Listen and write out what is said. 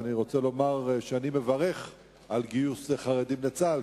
ואני רוצה לומר שאני מברך על גיוס חרדים לצה"ל,